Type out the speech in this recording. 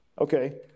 Okay